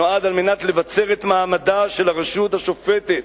נועד לבצר את מעמדה של הרשות השופטת